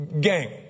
Gang